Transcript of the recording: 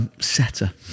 Setter